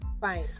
fine